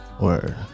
Word